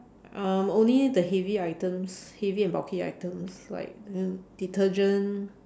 um only the heavy items heavy and bulky items like you know detergent